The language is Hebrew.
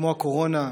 כמו הקורונה,